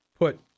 put